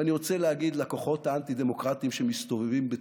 ואני רוצה להגיד לכוחות האנטי-דמוקרטיים שמסתובבים בתוכנו: